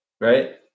Right